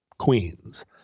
Queens